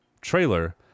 trailer